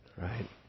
Right